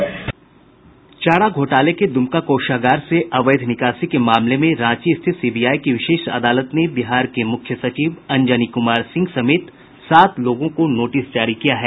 चारा घोटाले के द्मका कोषागार से अवैध निकासी के मामले में रांची स्थित सीबीआई की विशेष अदालत ने बिहार के मुख्य सचिव अंजनी कुमार सिंह समेत सात लोगों को नोटिस जारी किया है